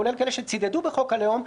כולל כאלה שצידדו בחוק הלאום,